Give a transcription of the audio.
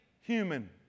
human